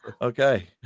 okay